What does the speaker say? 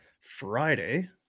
Friday